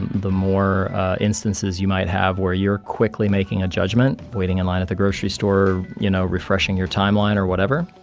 the more instances you might have where you're quickly making a judgment waiting in line at the grocery store, you know, refreshing your timeline or whatever.